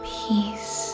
peace